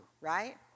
right